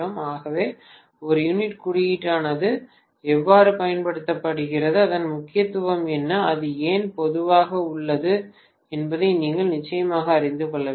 ஆகவே ஒரு யூனிட் குறியீடானது எவ்வாறு பயன்படுத்தப்படுகிறது அதன் முக்கியத்துவம் என்ன அது ஏன் பொதுவாக உள்ளது என்பதை நீங்கள் நிச்சயமாக அறிந்து கொள்ள வேண்டும்